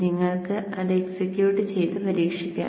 നിങ്ങൾക്ക് അത് എക്സിക്യൂട്ട് ചെയ്ത് പരീക്ഷിക്കാം